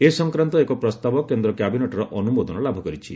ଏ ସଂକ୍ରାନ୍ତ ଏକ ପ୍ରସ୍ତାବ କେନ୍ଦ୍ର କ୍ୟାବିନେଟ୍ର ଅନୁମୋଦନ ଲାଭ କରିଛି